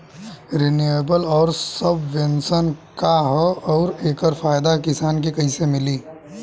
Renewable आउर subvention का ह आउर एकर फायदा किसान के कइसे मिली?